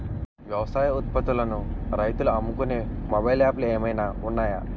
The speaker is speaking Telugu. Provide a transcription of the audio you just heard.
వ్యవసాయ ఉత్పత్తులను రైతులు అమ్ముకునే మొబైల్ యాప్ లు ఏమైనా ఉన్నాయా?